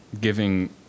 giving